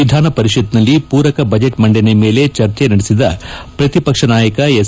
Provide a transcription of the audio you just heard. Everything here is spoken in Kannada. ವಿಧಾನಪರಿಷತ್ನಲ್ಲಿ ಮೂರಕ ಬಜೆಟ್ ಮಂಡನೆ ಮೇಲೆ ಚರ್ಚೆ ನಡೆಸಿದ ಪ್ರತಿಪಕ್ಷದ ನಾಯಕ ಎಸ್